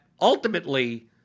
ultimately